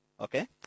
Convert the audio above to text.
Okay